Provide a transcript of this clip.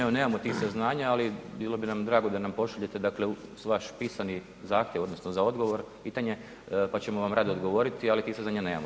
Evo nemam tih saznanja ali bili bi nam drago da nam pošaljete dakle vaš pisani zahtjev odnosno za odgovor, pitanje, pa ćemo vam rado odgovoriti ali tih saznanja nemamo.